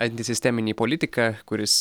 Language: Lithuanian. antisisteminį politiką kuris